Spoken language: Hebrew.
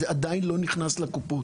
זה עדיין לא נכנס לקופות.